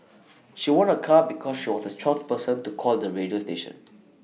she won A car because she was this twelfth person to call the radio station